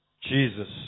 Jesus